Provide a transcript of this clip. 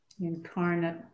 incarnate